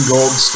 Gold